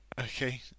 Okay